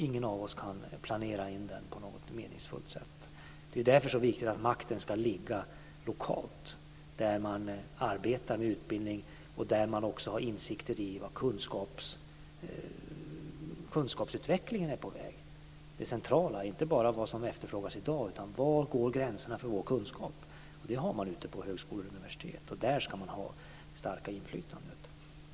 Ingen av oss kan planera in den på något meningsfullt sätt. Det är därför så viktigt att makten ska ligga lokalt, där man arbetar med utbildning och där man också har insikter i vart kunskapsutvecklingen är på väg - det centrala, inte bara vad som efterfrågas i dag utan var gränserna går för vår kunskap. Det har man ute på högskolor och universitet och där ska man ha det starka inflytandet.